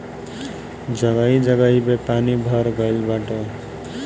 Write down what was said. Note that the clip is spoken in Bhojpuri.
जगही जगही पे पानी भर गइल बाटे